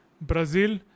Brazil